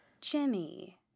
Jimmy